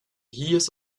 years